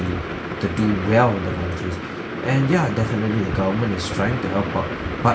to do well in their countries and ya definitely the government is trying to help out but